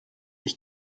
ich